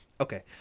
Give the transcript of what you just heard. Okay